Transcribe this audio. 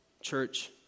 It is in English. Church